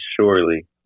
surely